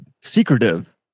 secretive